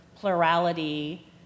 plurality